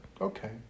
okay